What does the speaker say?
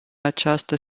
această